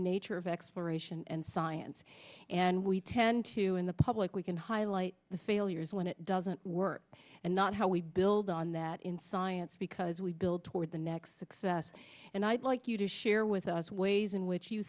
nature of exploration and science and we tend to in the public we can highlight the failures when it doesn't work and not how we build on that in science because we build toward the next success and i'd like you to share with us ways in which you